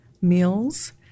meals